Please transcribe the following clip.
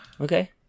Okay